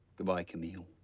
goodbye, camille.